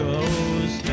goes